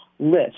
list